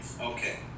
okay